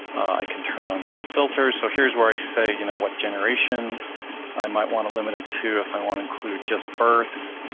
i can turn on some filters. so here's where i say, you know, what generation i might want to limit it to, if i want to include just births.